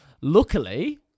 luckily